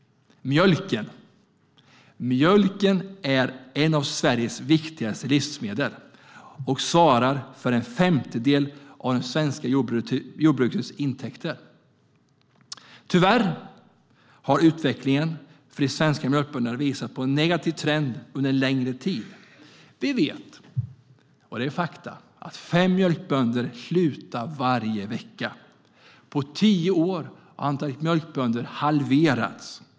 Mjölken är ett av Sveriges viktigaste livsmedel och svarar för en femtedel av det svenska jordbrukets intäkter. Tyvärr har utvecklingen för de svenska mjölkbönderna visat på en negativ trend under en längre tid. Vi vet - det är fakta - att fem mjölkbönder slutar varje vecka. På tio år har antalet mjölkbönder halverats.